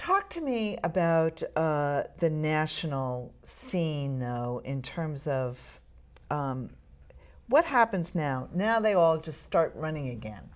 talk to me about the national scene now in terms of what happens now now they all just start running again